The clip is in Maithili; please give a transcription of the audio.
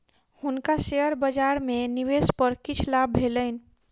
हुनका शेयर बजार में निवेश पर किछ लाभ भेलैन